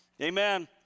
Amen